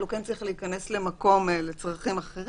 אבל הוא כן צריך להיכנס למקום לצרכים אחרים.